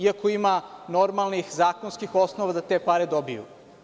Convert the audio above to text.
Iako ima normalnih zakonskih osnova da te pare dobiju.